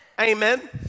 Amen